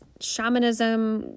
shamanism